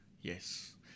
Yes